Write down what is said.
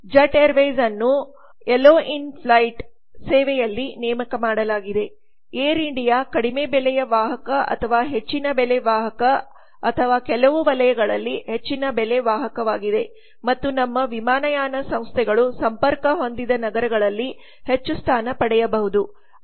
jet Airways ಅನ್ನು ಎಲ್ಲೋ in flight ಸೇವೆಯಲ್ಲಿ ನೇಮಕ ಮಾಡಲಾಗಿದೆ ಏರ್ ಇಂಡಿಯಾ ಕಡಿಮೆ ಬೆಲೆಯ ವಾಹಕ ಅಥವಾ ಹೆಚ್ಚಿನ ಬೆಲೆ ವಾಹಕ ಅಥವಾ ಕೆಲವು ವಲಯಗಳಲ್ಲಿ ಹೆಚ್ಚಿನ ಬೆಲೆ ವಾಹಕವಾಗಿದೆ ಮತ್ತು ನಮ್ಮ ವಿಮಾನಯಾನ ಸಂಸ್ಥೆಗಳು ಸಂಪರ್ಕ ಹೊಂದಿದ ನಗರಗಳಲ್ಲಿ ಹೆಚ್ಚು ಸ್ಥಾನ ಪಡೆಯಬಹುದು